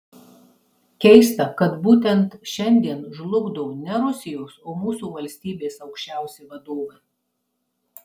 keista kad būtent šiandien žlugdo ne rusijos o mūsų valstybės aukščiausi vadovai